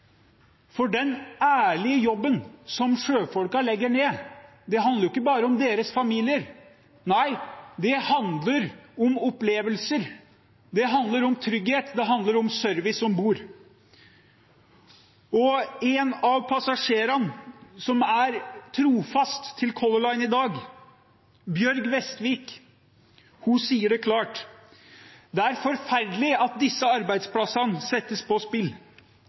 For den ærlige jobben som sjøfolka legger ned, handler ikke bare om deres familier. Nei, det handler om opplevelser, det handler om trygghet, det handler om service om bord. En av passasjerene som er trofast mot Color Line i dag, Bjørg Vestvik, sier det klart: «Det er helt forferdelig at disse arbeidsplassene settes på spill.»